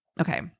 okay